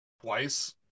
twice